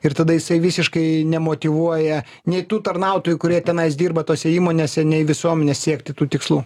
ir tada jisai visiškai nemotyvuoja nei tų tarnautojų kurie tenais dirba tose įmonėse nei visuomenės siekti tų tikslų